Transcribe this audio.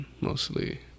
mostly